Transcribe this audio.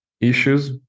Issues